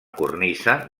cornisa